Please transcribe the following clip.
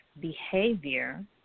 behavior